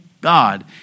God